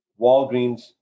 Walgreens